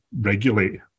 regulate